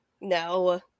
No